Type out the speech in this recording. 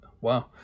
wow